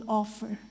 offer